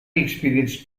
experienced